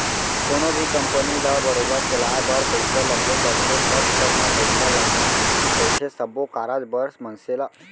कोनो भी कंपनी ल बरोबर चलाय बर पइसा लगबे करथे पग पग म पइसा लगना रहिथे सब्बो कारज बर मनसे ल